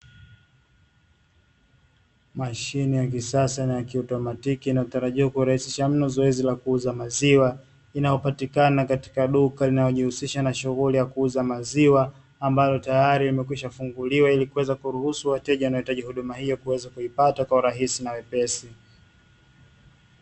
Mashine ya kisasa na ya kiautomatiki, inayotarajiwa kuwarahisisha mno zoezi la kuuza maziwa, inayopatikana katika duka linalojihusisha na shughuli ya kuuza maziwa, ambalo tayari limekwisha funguliwa ili kuweza kuruhusu wateja wanaohitaji huduma hiyo kuweza kuipata kwa urahisi na wepesi.